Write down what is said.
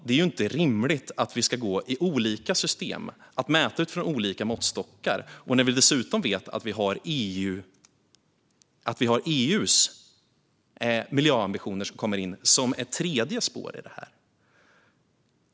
Det är inte rimligt att vi ska arbeta i olika system och mäta utifrån olika måttstockar när vi dessutom vet att vi har EU:s miljöambitioner som ett tredje spår i detta.